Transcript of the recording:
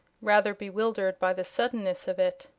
rather bewildered by the suddenness of it.